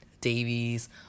Davies